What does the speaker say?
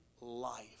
life